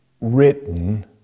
written